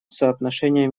соотношения